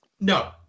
No